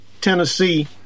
Tennessee